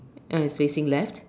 uh it's facing left